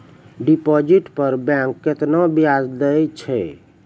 Deposit पर bank केतना ब्याज दै छै?